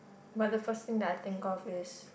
but the first thing I think of is